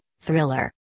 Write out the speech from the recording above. thriller